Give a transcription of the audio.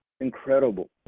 Incredible